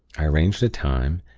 i arranged a time,